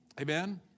Amen